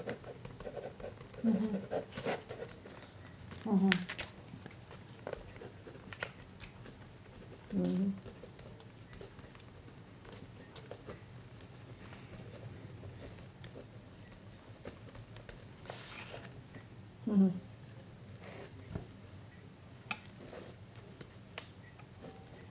mmhmm mmhmm mm mmhmm